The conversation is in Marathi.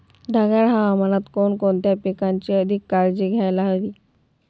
ढगाळ हवामानात कोणकोणत्या पिकांची अधिक काळजी घ्यायला हवी?